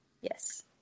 Yes